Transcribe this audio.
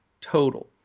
total